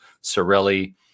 Sorelli